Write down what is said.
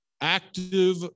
active